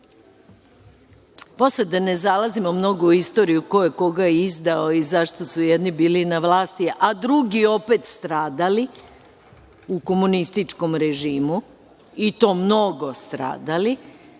da ne zalazimo mnogo u istoriju ko je koga izdao i zašto su jedni bili na vlasti, a drugi opet stradali u komunističkom režimu i to mnogo stradali,